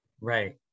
Right